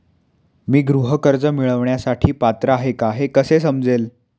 मी गृह कर्ज मिळवण्यासाठी पात्र आहे का हे कसे समजेल?